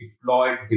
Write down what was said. deployed